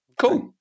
Cool